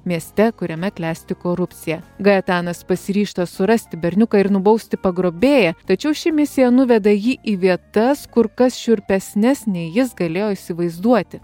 mieste kuriame klesti korupcija g etanas pasiryžta surasti berniuką ir nubausti pagrobėją tačiau ši misija nuveda jį į vietas kur kas šiurpesnes nei jis galėjo įsivaizduoti